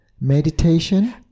meditation